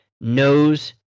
knows